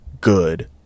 good